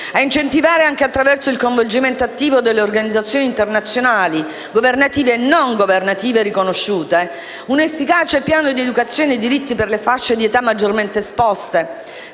ad incentivare, anche attraverso il coinvolgimento attivo delle organizzazioni internazionali governative e non governative riconosciute, un efficace piano di educazione ai diritti per le fasce di età maggiormente esposte,